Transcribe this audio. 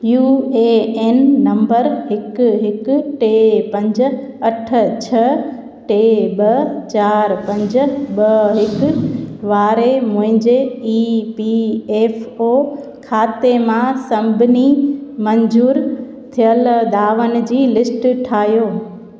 U A N number हिकु हिकु टे पंज अठ छह टे ॿ चारि पंज ॿ हिकु वारे मुंहिंजे ई पी एफ ओ खाते मां सभिनी मंज़ूर थियल दावनि जी लिस्ट ठाहियो